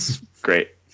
great